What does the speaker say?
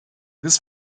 this